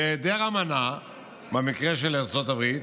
בהיעדר אמנה במקרה של ארצות הברית,